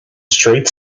straight